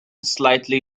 slightly